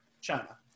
China